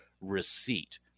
receipt